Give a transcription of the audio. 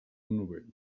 novell